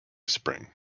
spring